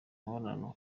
imibonano